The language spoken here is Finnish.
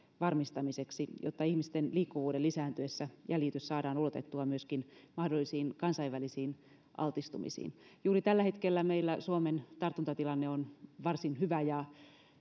varmistamiseksi jotta ihmisten liikkuvuuden lisääntyessä jäljitys saadaan ulotettua myöskin mahdollisiin kansainvälisiin altistumisiin juuri tällä hetkellä meillä suomen tartuntatilanne on varsin hyvä ja